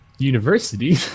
university